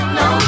no